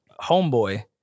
homeboy